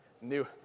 new